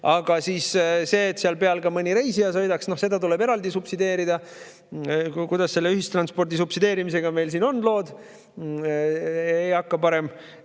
Aga seda, et seal peal ka mõni reisija sõidaks, tuleb eraldi subsideerida. Kuidas selle ühistranspordi subsideerimisega meil siin lood on? Ei hakka parem